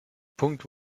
punkt